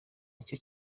nicyo